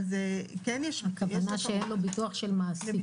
אבל יש --- אין לו ביטוח של מעסיק,